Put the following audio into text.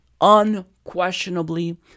Unquestionably